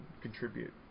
contribute